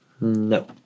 No